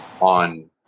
on